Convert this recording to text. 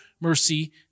mercy